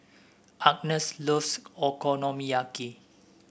Agnes loves Okonomiyaki